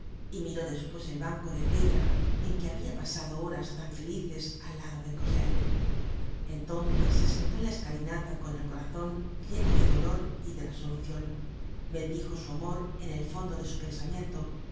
y miró despues el banco de piedra en que habia pasado horas tan felices al lado de cosette entonces se sentó en la escalinata con el corazon lleno de dolor y de resolucion bendijo su amor en el fondo de su pensamiento